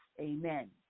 Amen